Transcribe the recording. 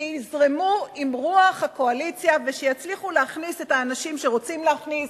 שיזרמו עם רוח הקואליציה ויצליחו להכניס את האנשים שרוצים להכניס,